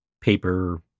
paper